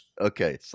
Okay